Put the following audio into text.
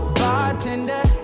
bartender